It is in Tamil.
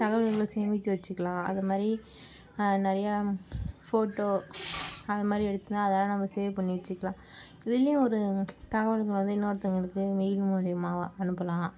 தகவல்களை சேமிச்சு வச்சுக்கலாம் அது மாதிரி நிறையா ஃபோட்டோ அது மாதிரி எடுத்துனால் அதெலாம் நம்ம சேவ் பண்ணி வச்சுக்கலாம் இதிலியும் ஒரு தகவல்களை வந்து இன்னொருத்தவங்களுக்கு மெயில் மூலமா அனுப்பலாம்